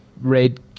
Red